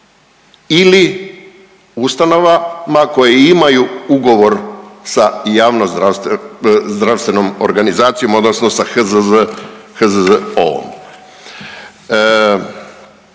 ili ustanovama koje imaju ugovorom sa javnozdravstvenom organizacijom odnosno sa HZZ,